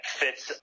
fits